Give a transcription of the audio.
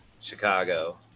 Chicago